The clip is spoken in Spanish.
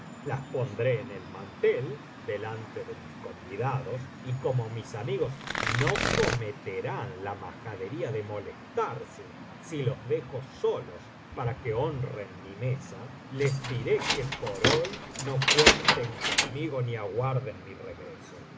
las pondré en el mantel delante de mis convidados y como mis amigos no cometerán la majadería de molestarse si los dejo solos para que honren mi mesa les diré que por hoy no cuenten conmigo ni aguarden mi regreso